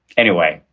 anyway,